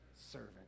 servant